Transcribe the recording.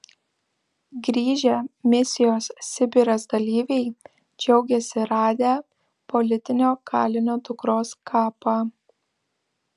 grįžę misijos sibiras dalyviai džiaugiasi radę politinio kalinio dukros kapą